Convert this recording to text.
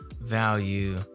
value